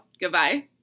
Goodbye